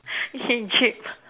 Egypt